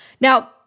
Now